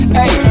hey